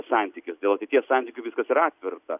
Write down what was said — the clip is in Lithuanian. santykis dėl ateities santykių viskas yra atvirta